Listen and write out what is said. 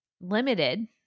limited